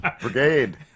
brigade